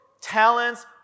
talents